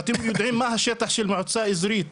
ואתם יודעים מה השטח של מועצה אזורית,